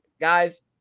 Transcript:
guys